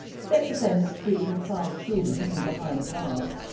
sex offenders free to father children from behind bars